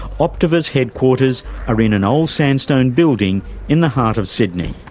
optiver's headquarters are in an old sandstone building in the heart of sydney.